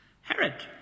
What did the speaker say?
Herod